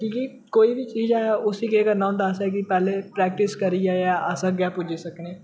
कि कि कोई बी चीज ऐ उसी केह् करना होंदा असें कि पैह्ले प्रैक्टिस करियै अस अग्गें पुज्जी सकनेआं